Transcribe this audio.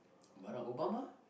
Barack-Obama